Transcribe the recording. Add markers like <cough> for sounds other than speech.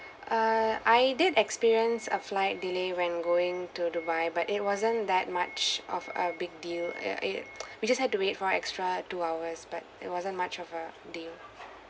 err I did experience a flight delay when going to dubai but it wasn't that much of a big deal uh it <noise> we just had to wait for extra two hours but it wasn't much of a deal